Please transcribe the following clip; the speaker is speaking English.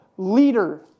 leader